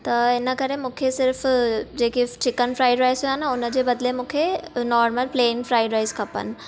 त इन करे मूंखे र्सिफ़ जेके चिकन फ्राइड राइस हुआ न उन जे बदले मूंखे नार्मल प्लेन फ्राइड राइस खपनि